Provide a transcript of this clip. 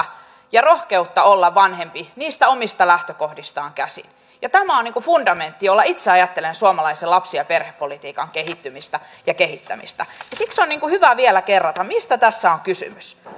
ja rohkeutta olla vanhempi niistä omista lähtökohdistaan käsin tämä on fundamentti jolla itse ajattelen suomalaisen lapsi ja perhepolitiikan kehittymistä ja kehittämistä siksi on hyvä vielä kerrata mistä tässä on kysymys